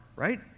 right